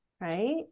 right